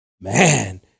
Man